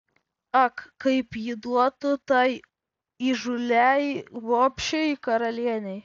ak kaip ji duotų tai įžūliai bobšei karalienei